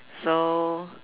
so